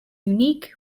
unique